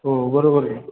हो बरोबर आहे